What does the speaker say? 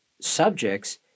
subjects